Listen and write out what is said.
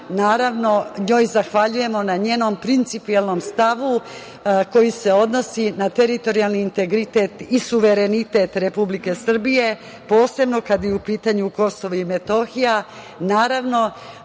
naravno, njoj zahvaljujemo na njenom principijelnom stavu koji se odnosi na teritorijalni integritet i suverenitet Republike Srbije, posebno kada je u pitanju Kosovo i Metohija,